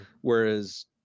Whereas